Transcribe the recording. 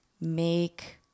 make